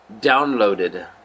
downloaded